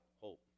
hope